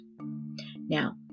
Now